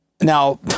Now